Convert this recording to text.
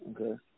Okay